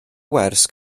wers